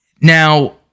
Now